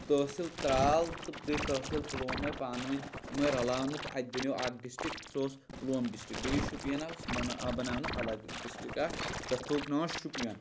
تحصیٖل ترٛال تہٕ بیٚیہِ تحصیٖل پُلووم آے پانہٕ ؤنۍ یِم آے رَلاونہٕ تہٕ اَتہِ بنیوو اَکھ ڈِسٹِرٛک سُہ اوس پُلووم ڈِسٹِرٛک بیٚیہِ یُس شُپین آو سُہ بَنا آو بَناونہٕ الگ ڈِسٹِرٛک اَکھ تَتھ تھوٚوُکھ ناو شُپین